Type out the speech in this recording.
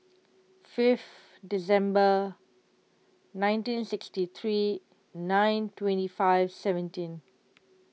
fifth December nineteen sixty three nine twenty five seventeen